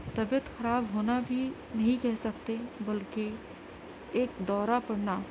طبیعت خراب ہونا بھی نہیں کہہ سکتے بلکہ ایک دورہ پڑنا